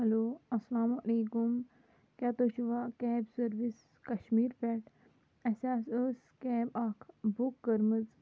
hello اَسلامُ علیکُم کیٛاہ تُہۍ چھُوا کیب سٔروِس کَشمیٖر پٮ۪ٹھ اَسہِ حظ ٲس کیب اَکھ بُک کٔرمٕژ